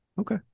Okay